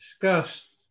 discussed